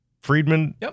Friedman